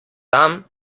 tam